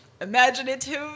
imaginative